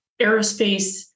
aerospace